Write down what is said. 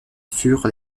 furent